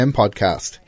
podcast